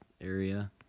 area